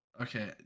Okay